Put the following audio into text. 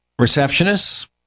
receptionists